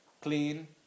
clean